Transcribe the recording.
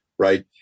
Right